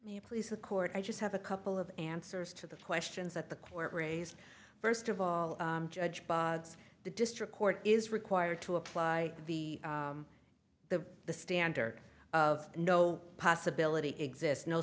me please the court i just have a couple of answers to the questions that the court raised first of all judge by the district court is required to apply the the the standard of no possibility exists no